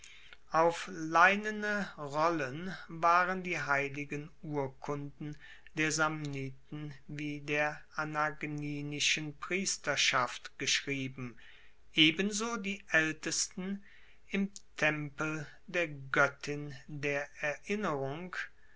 auf leinene rollen waren die heiligen urkunden der samniten wie der anagninischen priesterschaft geschrieben ebenso die aeltesten im tempel der goettin der erinnerung